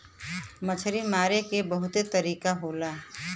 मछरी मारे के बहुते तरीका हौ